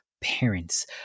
parents